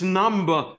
number